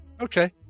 Okay